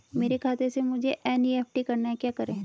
मेरे खाते से मुझे एन.ई.एफ.टी करना है क्या करें?